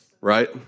Right